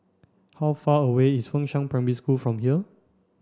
how far away is Fengshan Primary School from here